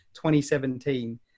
2017